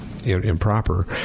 Improper